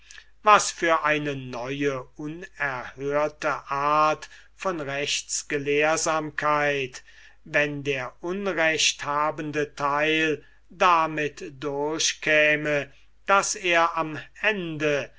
was für eine neue unerhörte art von rechtsgelehrsamkeit wenn der unrechthabende teil damit durchkäme daß er am ende